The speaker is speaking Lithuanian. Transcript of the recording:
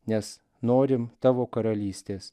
nes norim tavo karalystės